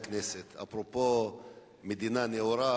הכנסת נותנת מכונית בלי חיישני רוורס.